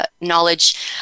knowledge